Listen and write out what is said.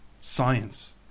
science